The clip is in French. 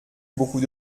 beaucoup